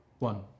One